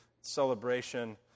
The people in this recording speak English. Celebration